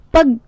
Pag